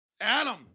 Adam